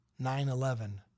9-11